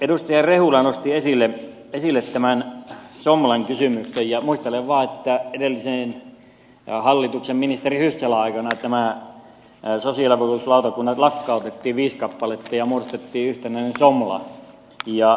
edustaja rehula nosti esille tämän somlan kysymyksen ja muistelen vaan että edellisen hallituksen ministeri hyssälän aikana sosiaalivakuutuslautakunnat lakkautettiin viisi kappaletta ja muodostettiin yhtenäinen somla